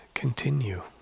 continue